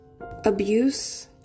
Abuse